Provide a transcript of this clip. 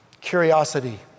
curiosity